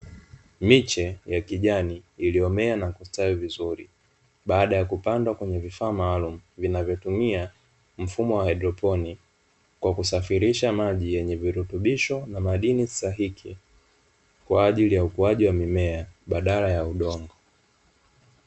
Miche ya kijani iliyomea na kustawi vizuri, baada ya kupandwa kwenye vifaa maalumu vinavyotumia mfumo wa haidroponi kwa kusafirisha maji yenye virutubisho na madini stahiki kwa ajili ya ukuaji wa mimea badala ya udongo.